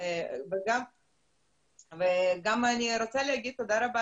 אני רוצה לומר לך,